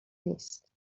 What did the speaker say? نیست